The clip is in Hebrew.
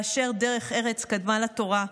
באשר "דרך ארץ קדמה לתורה",